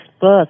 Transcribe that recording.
book